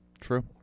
True